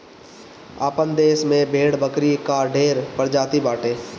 आपन देस में भेड़ बकरी कअ ढेर प्रजाति बाटे